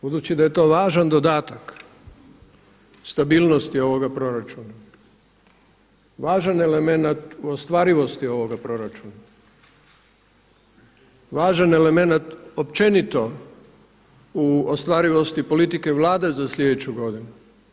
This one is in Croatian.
Budući da je to važan dodatak stabilnosti ovoga proračuna, važan elemenat u ostvarivosti ovoga proračuna, važan elemenat općenito u ostvarivosti politike Vlade za slijedeću godinu.